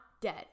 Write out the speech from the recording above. dead